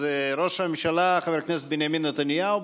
ראש הממשלה חבר הכנסת בנימין נתניהו,